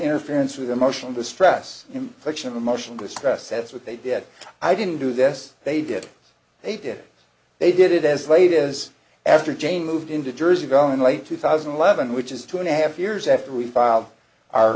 interference with emotional distress implication emotional distress that's what they did i didn't do this they did they did they did it as late as after jane moved into jersey girl in late two thousand and eleven which is two and a half years after we filed our